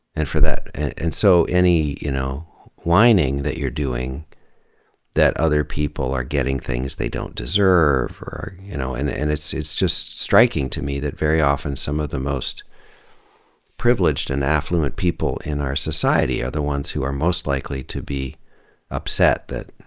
and for that, and so any you know whining that you're doing that other people are getting things they don't deserve or are, you know and and it's it's just striking to me that very often some of the most privileged and affluent people in our society society are the ones who are most likely to be upset that,